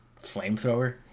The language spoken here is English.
flamethrower